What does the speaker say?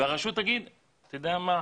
והרשות תגיד 'אתה יודע מה,